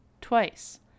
Twice